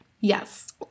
yes